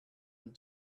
and